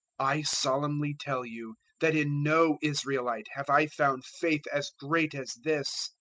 i solemnly tell you that in no israelite have i found faith as great as this.